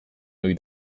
ohi